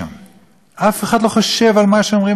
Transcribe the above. אף אחד לא חושב על מה שאומרים עלינו בעולם?